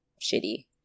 shitty